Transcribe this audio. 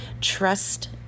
trust